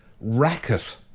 racket